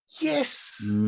Yes